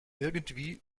irgendwie